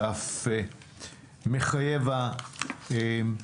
ואף המציאות מחייבת זאת.